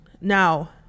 now